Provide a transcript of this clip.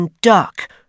duck